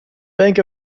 bank